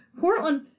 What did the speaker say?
Portland